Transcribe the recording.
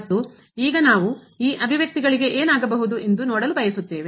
ಮತ್ತು ಈಗ ನಾವು ಈ ಅಭಿವ್ಯಕ್ತಿಗಳಿಗೆ ಏನಾಗಬಹುದು ಎಂದು ನೋಡಲು ಬಯಸುತ್ತೇವೆ